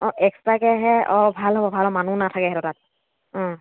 অঁ এক্সট্ৰাকৈহে অঁ ভাল হ'ব ভাল হ'ব মানুহো নাথাকে তাত অঁ